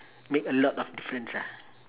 make a lot of difference ah